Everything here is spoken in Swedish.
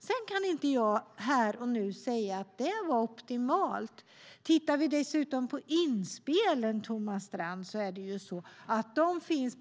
Jag kan inte här och nu säga att det var optimalt. Inspelen, Thomas Strand, finns med som ett kontinuum.